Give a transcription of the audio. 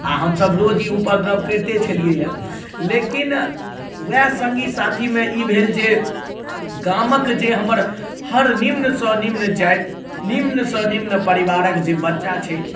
आओर हमसब रोज ई उपद्रव करिते छलियै यऽ लेकिन वएह सङ्गी साथीमे ई भेल जे गामक जे हमर हर निम्न सँ निम्न जाति निम्न सँ निम्न परिवारक जे बच्चा छै